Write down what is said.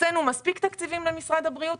הקצינו מספיק תקציבים למשרד הבריאות,